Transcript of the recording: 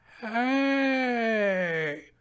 Hey